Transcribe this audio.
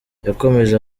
yakomeje